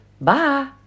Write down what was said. Bye